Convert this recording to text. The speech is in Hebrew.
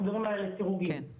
אנחנו מדברים על לסירוגין, אוקיי?